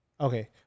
Okay